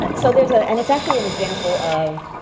but so there's a, and it's actually an example of